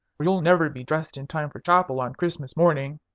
or you'll never be dressed in time for chapel on christmas morning.